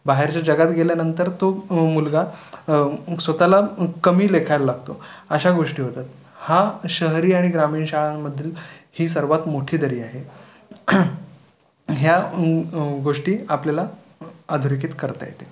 बाहेरच्या जगात गेल्यानंंतर तो मुलगा स्वतःला कमी लेखायला लागतो अशा गोष्टी होतात हा शहरी आणि ग्रामीण शाळांमधील ही सर्वात मोठी दरी आहे ह्या गोष्टी आपल्याला अधोरेखित करता येतील